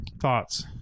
Thoughts